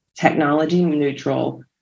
technology-neutral